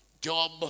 Job